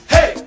Hey